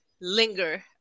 linger